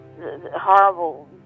Horrible